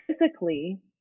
physically